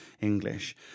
english